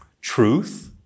truth